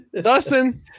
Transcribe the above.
Dustin